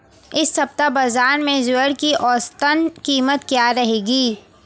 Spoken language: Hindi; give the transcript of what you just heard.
इस सप्ताह बाज़ार में ज्वार की औसतन कीमत क्या रहेगी?